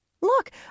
Look